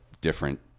different